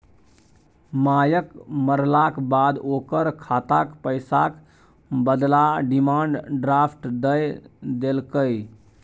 मायक मरलाक बाद ओकर खातक पैसाक बदला डिमांड ड्राफट दए देलकै